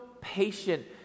patient